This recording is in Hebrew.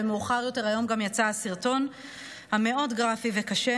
ומאוחר יותר היום גם יצא הסרטון המאוד-גרפי וקשה